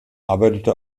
arbeitete